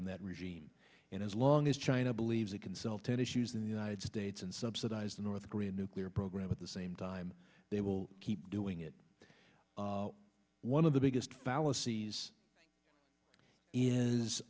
on that regime and as long as china believes it can sell ten issues in the united states and subsidize the north korean nuclear program at the same time they will keep doing it one of the biggest fallacies is